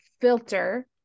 filter